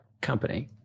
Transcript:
company